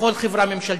בכל חברה ממשלתית,